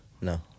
No